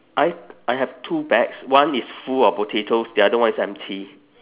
I I have two bags one is full of potatoes the other one is empty